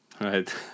right